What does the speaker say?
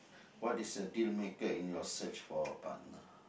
what is a dealmaker in your search for a partner